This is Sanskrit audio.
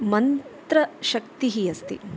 मन्त्रशक्तिः अस्ति